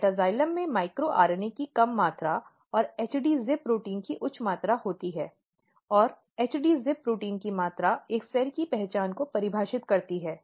metaxylem में micro RNA की कम मात्रा और HD ZIP प्रोटीन की उच्च मात्रा होती है और HD ZIP प्रोटीन की मात्रा एक सेल की पहचान को परिभाषित करती है